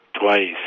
twice